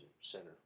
center